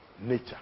nature